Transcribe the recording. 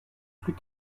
plus